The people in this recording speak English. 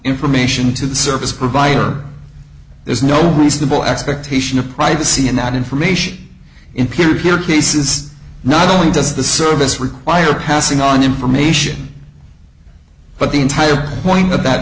information to the service provider there's no reasonable expectation of privacy in that information in peer peer cases not only does the service require passing on information but the entire point of that